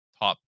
top